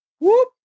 whoop